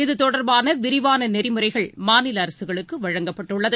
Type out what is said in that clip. இது தொடர்பானவிரிவானநெறிமுறைகள் மாநிலஅரசுகளுக்குவழங்கப்பட்டுள்ளது